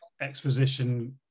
exposition